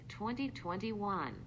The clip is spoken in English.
2021